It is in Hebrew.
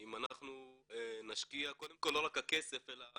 אם אנחנו נשקיע, קודם כל לא רק הכסף אלא